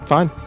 Fine